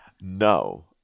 No